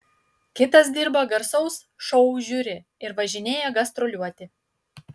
kitas dirba garsaus šou žiuri ir važinėja gastroliuoti